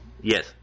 Yes